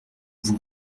vous